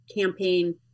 campaign